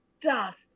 dust